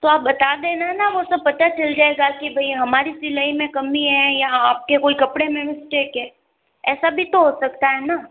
तो आप बता देना ना वो तो पता चल जाएंगा कि भाई हमारी सिलाई में कमी है या आप के कोई कपड़े में मिस्टेक है ऐसा भी तो हो सकता है ना